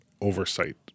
oversight